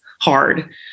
hard